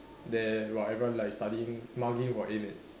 there while everyone like studying mugging for A math